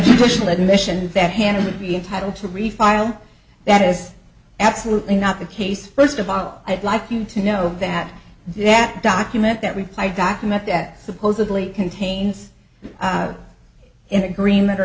educational admission that hannah would be entitled to refile that is absolutely not the case first of all i'd like you to know that that document that reply document that supposedly contains in agreement or